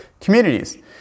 Communities